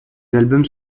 albums